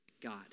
God